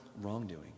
wrongdoing